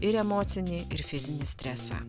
ir emocinį ir fizinį stresą